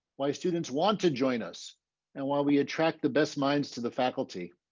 why students want to join us and why we attract the best minds to the faculty.